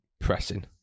pressing